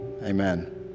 Amen